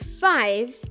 five